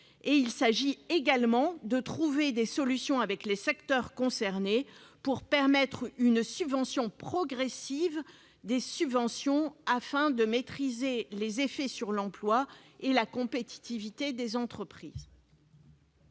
Il s'agit également de trouver des solutions avec les secteurs concernés pour permettre une suppression progressive des subventions, afin de maîtriser les effets sur l'emploi et la compétitivité des entreprises.